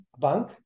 bank